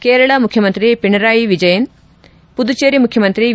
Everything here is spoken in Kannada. ಕೇರಳ ಮುಖ್ಯಮಂತ್ರಿ ಪಿಣರಾಯಿ ವಿಜಯನ್ ಪುದಚೇರಿ ಮುಖ್ಯಮಂತ್ರಿ ವಿ